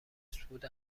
صعود